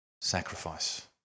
sacrifice